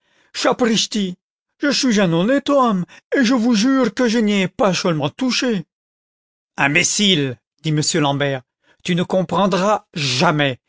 je chuis un honnête homme et je vous jure que je n'y ai pas cheulement touché imbécile dit m l'ambert tu ne comprendras jamais